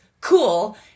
Cool